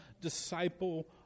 disciple